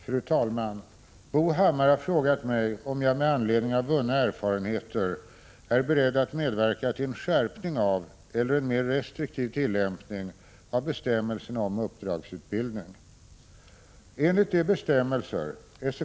Fru talman! Bo Hammar har frågat mig om jag med anledning av vunna erfarenheter är beredd att medverka till en skärpning av eller en mer restriktiv tillämpning av bestämmelserna om uppdragsutbildning.